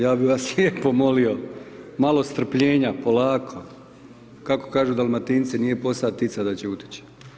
Ja bih vas lijepo molio malo strpljenja, polako, kako kažu Dalmatinci nije posa ptica, da će uteć.